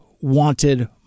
wanted